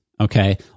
Okay